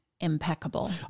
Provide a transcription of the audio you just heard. impeccable